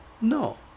No